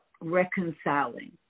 reconciling